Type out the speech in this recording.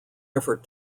effort